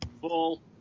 full